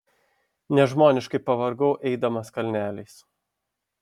nežmoniškai pavargau eidamas kalneliais